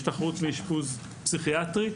והשתחררות מאשפוז פסיכיאטרי.